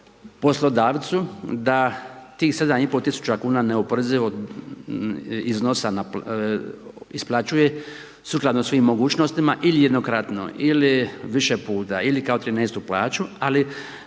poslodavcu da tih 7,5 tisuća kn neoporezivog iznosa isplaćuje sukladno svojim mogućnostima ili jednokratno ili više puta, ili kao 13 plaću, ali